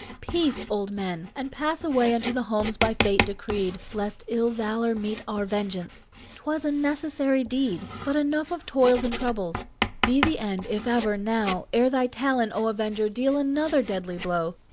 peace, old men! and pass away unto the homes by fate decreed, lest ill valour meet our vengeance twas a necessary deed. but enough of toils and troubles be the end, if ever, now, ere thy talon, o avenger, deal another deadly blow.